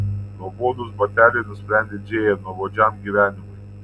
nuobodūs bateliai nusprendė džėja nuobodžiam gyvenimui